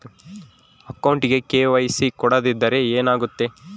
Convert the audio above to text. ಅಕೌಂಟಗೆ ಕೆ.ವೈ.ಸಿ ಕೊಡದಿದ್ದರೆ ಏನಾಗುತ್ತೆ?